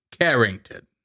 Carrington